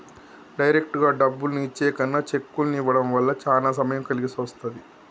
డైరెక్టుగా డబ్బుల్ని ఇచ్చే కన్నా చెక్కుల్ని ఇవ్వడం వల్ల చానా సమయం కలిసొస్తది